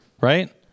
right